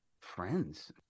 friends